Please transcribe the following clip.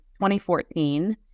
2014